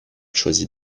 choisit